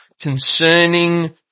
concerning